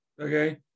okay